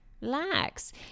relax